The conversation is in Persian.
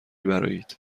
برآیید